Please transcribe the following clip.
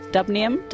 Dubnium